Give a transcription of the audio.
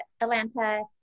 Atlanta